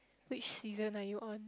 which season are you on